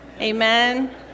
Amen